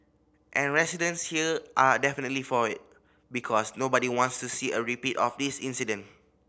and residents here are definitely for it because nobody wants to see a repeat of this incident